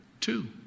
Two